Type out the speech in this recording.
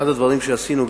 אחד הדברים שעשינו,